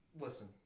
listen